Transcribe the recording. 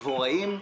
לדבוראים,